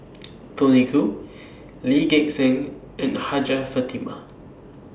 Tony Khoo Lee Gek Seng and Hajjah Fatimah